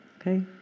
okay